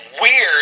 weird